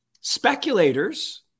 Speculators